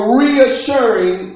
reassuring